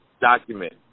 document